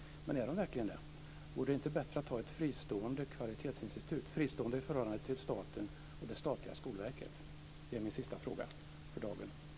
Men är de verkligen det? Vore det inte bättre att ha ett fristående kvalitetsinstitut, fristående i förhållande till staten och det statliga Skolverket? Det är min sista fråga för dagen.